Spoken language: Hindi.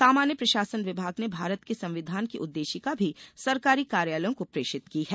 सामान्य प्रशासन विभाग ने भारत के संविधान की उद्देशिका भी सरकारी कार्यालयों को प्रेषित की है